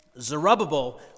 Zerubbabel